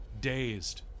Dazed